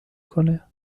کنه